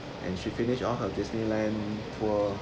and she finish all her disneyland tour